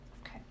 Okay